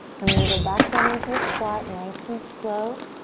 then we're gonna go back down into the squat nice and slow.